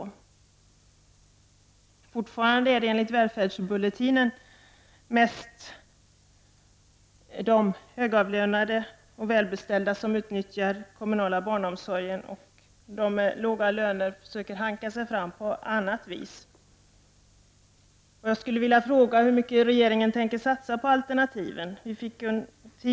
Enligt Välfärdsbullentinen är det fortfarande till största delen de högavlönade och välbeställda som utnyttjar den kommunala barnomsorgen. De lågavlönade får försöka att hanka sig fram på annat vis. Jag skulle vilja fråga hur mycket regeringen tänker satsa på alternativen.